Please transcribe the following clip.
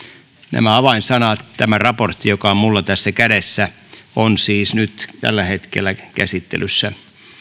nämä avainsanat tämä raportti joka on minulla tässä kädessä ovat siis nyt tällä hetkellä käsittelyssä